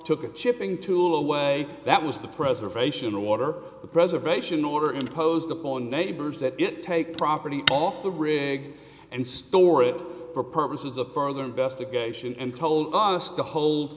took a chipping tool away that was the preservation of water the preservation order imposed upon neighbors that it take property off the rig and store it for purposes of further investigation and told us to hold